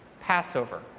Passover